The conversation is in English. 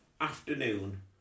afternoon